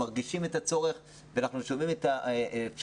אנחנו מרגישים את הצורך ואנחנו שומעים את האפשרויות.